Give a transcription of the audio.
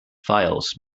files